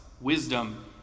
wisdom